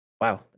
wow